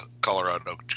Colorado